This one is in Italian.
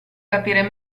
capire